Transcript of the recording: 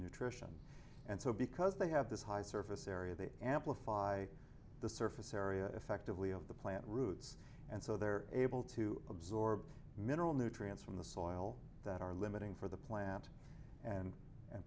nutrition and so because they have this high surface area they amplify the surface area effectively of the plant roots and so they're able to absorb mineral nutrients from the soil that are limiting for the plant and and